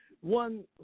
one